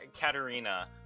Katerina